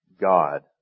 God